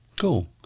Cool